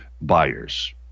buyers